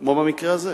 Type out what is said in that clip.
כמו במקרה הזה,